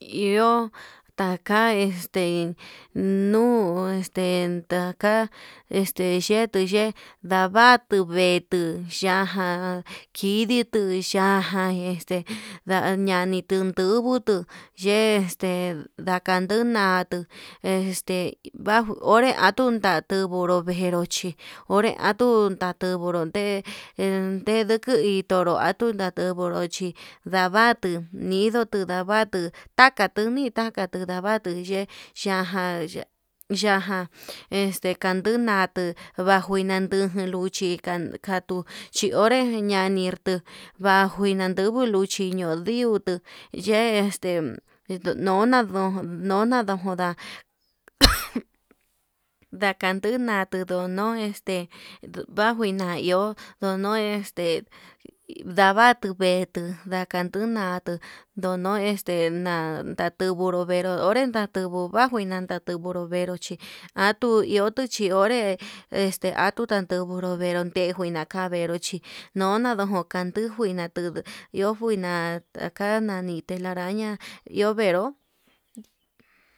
Iho taka este nuu este taka este yetuu ye'e, ndavatuu vetuu yajan kidii tuu yajan este ndañani tundubutu ye'e este dakan nuu ndatu este onré vajuu nandubu uru vejeró chí, onre atuu atuveru ndee en ndekuru kuu itonró atuu ndantuburu chí ndavatu nidutu ndavatu takatuni takatudavatu ye'e, ñajan yajan este kanduu natuu bajun nandunguu luchi ka katu xhionré nañirtuu bajuu ndadungu luchi ñuu ndiutu ye'e este ndona ndón ndona ndoda ajan ndakan nduu natudu, nodo este bajo na iho ndono este dabatuu veetu ndakanuu ndatuu ndono este. na'a natuvunru veeró onré danduju bajuina ndato ndatuburuu venró chí atuu ihotu chí onre este atun ndanduguru venru ndejui nakavero, chí nona ndojo kandii njuina tuu nduu iho njuina taka nani telaraña iho venró.